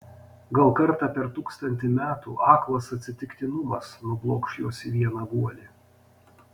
gal kartą per tūkstantį metų aklas atsitiktinumas nublokš juos į vieną guolį